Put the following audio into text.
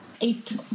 Eight